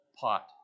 pot